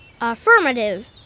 Affirmative